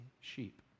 sheep